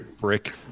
brick